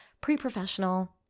Pre-Professional